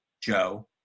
Joe